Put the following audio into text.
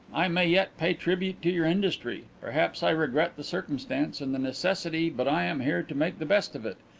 i may yet pay tribute to your industry. perhaps i regret the circumstance and the necessity but i am here to make the best of it.